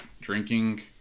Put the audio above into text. Drinking